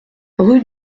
rue